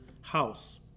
house